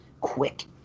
Quick